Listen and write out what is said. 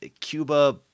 Cuba